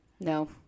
No